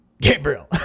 Gabriel